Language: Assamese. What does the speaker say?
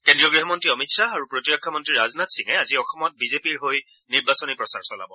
কেন্দ্ৰীয় গৃহমন্ত্ৰী অমিত শ্বাহ আৰু প্ৰতিৰক্ষা মন্ত্ৰী ৰাজনাথ সিঙে আজি অসমত বিজেপিৰ হৈ নিৰ্বাচনী প্ৰচাৰ চলাব